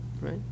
right